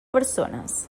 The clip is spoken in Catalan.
persones